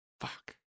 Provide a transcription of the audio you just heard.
Fuck